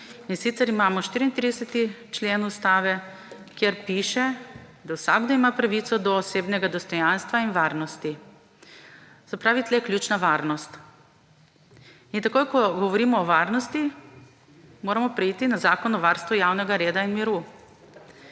in sicer imamo 34. člen Ustave, kjer piše, da vsakdo ima pravico do osebnega dostojanstva in varnosti. Se pravi, tukaj je ključna varnost. In takoj ko govorimo o varnosti, moramo preiti na Zakon o varstvu javnega reda in miru.